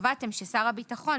קבעתם ששר הביטחון,